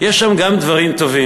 יש שם גם דברים טובים.